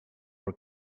for